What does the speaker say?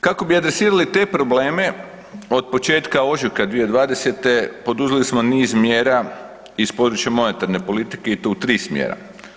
Kako bi adresirali te probleme, od početka ožujka 2020., poduzeli smo niz mjera iz područja monetarne politike i to u tri smjera.